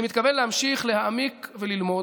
אני מתכוון להמשיך להעמיק וללמוד.